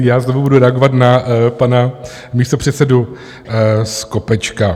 Já znovu budu reagovat na pana místopředsedu Skopečka.